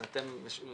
אז אתם משוחררים,